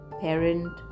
parent